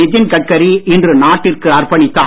நித்தின் கட்கரி இன்று நாட்டிற்கு அர்பணித்தார்